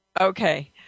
Okay